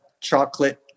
chocolate